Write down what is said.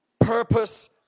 purpose